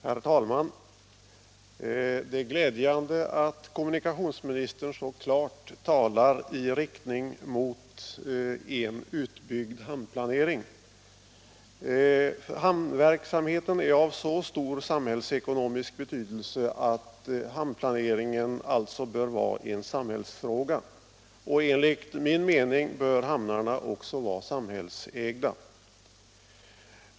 Herr talman! Det är glädjande att kommunikationsministern så klart talar för en utbyggd hamnplanering. Hamnverksamheten är av så stor samhällsekonomisk betydelse att hamnplaneringen bör vara en samhällsfråga, och enligt min mening bör hamnarna också vara samhällsägda.